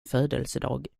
födelsedag